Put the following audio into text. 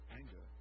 anger